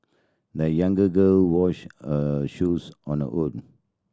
the younger girl washed her shoes on her own